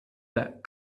that